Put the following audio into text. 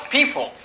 people